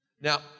Now